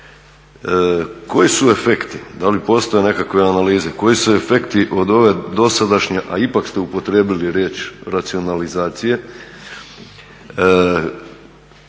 koji su efekti, da li postoje nekakve analize, koji su efekti od ove dosadašnje, a ipak ste upotrijebili riječ racionalizacije